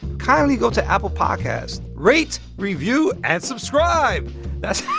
kindly go to apple podcasts. rate, review and subscribe that's